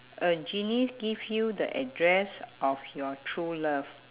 a genie give you the address of your true love